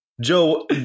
Joe